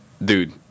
Dude